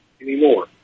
anymore